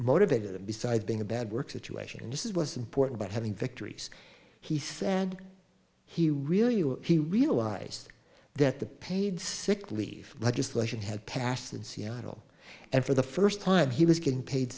motivated him besides being a bad work situation and this is was important but having victories he said he really knew he realized that the paid sick leave legislation had passed in seattle and for the first time he was getting paid